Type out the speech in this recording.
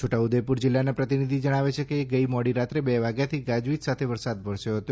છોટાઉદેપુર જિલ્લાના પ્રતિનિધિ જણાવે છે કે ગઇ મોડી રાત્રે બે વાગ્યાથી ગાજવીજ સાથે વરસાદ વરસ્યો હતો